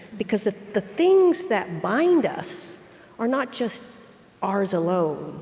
because the the things that bind us are not just ours alone,